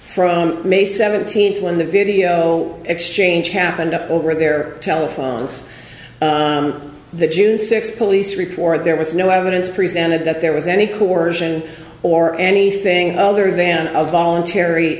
from may seventeenth when the video exchange happened over their telephones the june sixth police report there was no evidence presented that there was any correlation or anything other than a voluntary